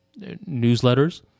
newsletters